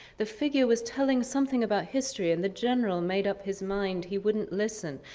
the figure was telling something about history and the general made up his mind he wouldn't listen.